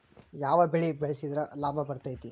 ಯಾವ ಬೆಳಿ ಬೆಳ್ಸಿದ್ರ ಲಾಭ ಬರತೇತಿ?